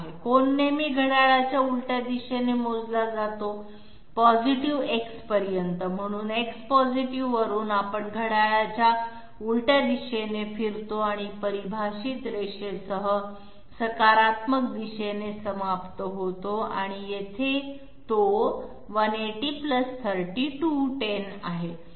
कोन नेहमी घड्याळाच्या उलट दिशेने मोजला जातो Xve पर्यंत म्हणून X पॉझिटिव्ह वरून आपण घड्याळाच्या उलट दिशेने फिरतो आणि परिभाषित रेषेसह सकारात्मक दिशेने समाप्त होतो आणि येथे ती 180 30 210 आहे